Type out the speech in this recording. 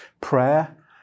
prayer